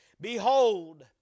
Behold